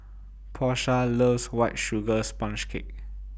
Porsha loves White Sugar Sponge Cake